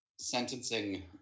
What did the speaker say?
sentencing